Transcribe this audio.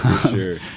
sure